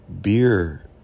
beer